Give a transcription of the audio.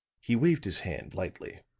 he waved his hand lightly.